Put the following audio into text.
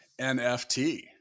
NFT